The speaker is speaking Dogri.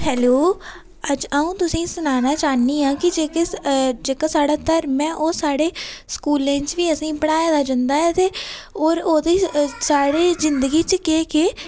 हैल्लो अज्ज अ'ऊं तुसेंगी सनान्ना चाह्न्नी आं कि जेह्के जेह्का साढ़ा धर्म ऐ ओह् साढ़े स्कुलें च बी असें पढ़ाए दा जंदा ऐ ते होर ओह्दी साढ़ी जिंदगी च केह् केह्